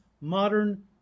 modern